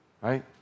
Right